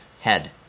head